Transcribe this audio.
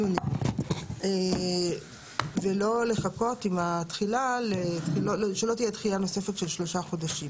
ביוני, ושלא תהיה דחיה נוספת של שלושה חודשים.